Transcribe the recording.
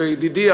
וידידי,